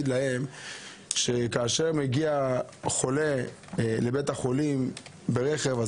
לו שכאשר מגיע חולה לבית החולים ברכב,